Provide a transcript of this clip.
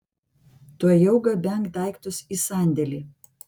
tuojau gabenk daiktus į sandėlį